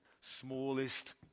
smallest